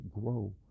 grow